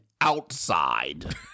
outside